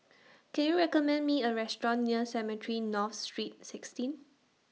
Can YOU recommend Me A Restaurant near Cemetry North Street sixteen